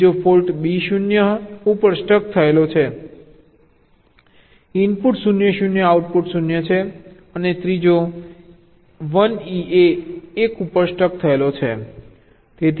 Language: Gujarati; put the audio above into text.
બીજો ફોલ્ટ B 0 ઉપર સ્ટક થયેલો છે ઇનપુટ 0 0 આઉટપુટ 0 છે અને ત્રીજો 1 E એ 1 ઉપર સ્ટક થયેલો છે